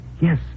Yes